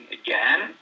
again